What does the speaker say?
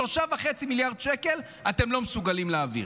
ו-3.5 מיליארד שקל אתם לא מסוגלים להעביר.